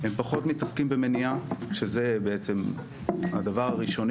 הם פחות מתעסקים במניעה שזה בעצם הדבר הראשוני